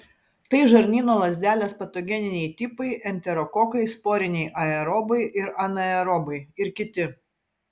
tai žarnyno lazdelės patogeniniai tipai enterokokai sporiniai aerobai ir anaerobai ir kiti